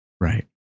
Right